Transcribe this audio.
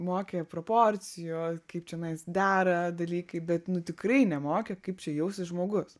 mokė proporcijų o kaip čionais dera dalykai bet nu tikrai nemokė kaip čia jausis žmogus